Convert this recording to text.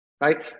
right